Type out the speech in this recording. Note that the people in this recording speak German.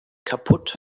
kaputt